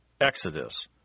Exodus